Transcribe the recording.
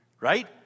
right